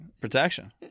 protection